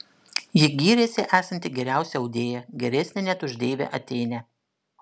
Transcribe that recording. ji gyrėsi esanti geriausia audėja geresnė net už deivę atėnę